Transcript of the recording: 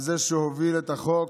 על זה שהוביל את החוק,